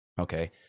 okay